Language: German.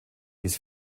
dies